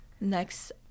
Next